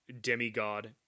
demigod